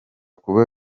kuba